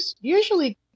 usually